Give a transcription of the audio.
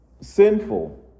sinful